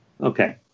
Okay